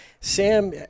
Sam